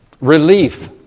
relief